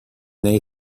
they